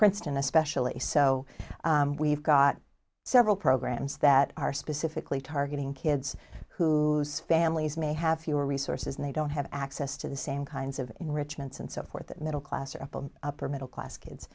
princeton especially so we've got several programs that are specifically targeting kids who families may have fewer resources and they don't have access to the same kinds of enrichments and so forth that middle class or upper middle class kids